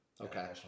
Okay